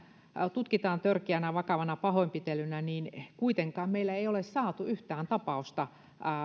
tutkitaan törkeänä vakavana pahoinpitelynä niin kuitenkaan meillä ei ole saatu yhtään tapausta